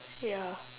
ya